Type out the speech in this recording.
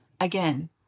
again